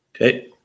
Okay